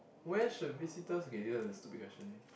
where should visitors okay this one is a stupid question